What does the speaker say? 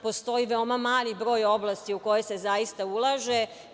Postoji veoma mali broj oblasti u koje se zaista ulaže.